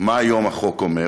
מה היום החוק אומר,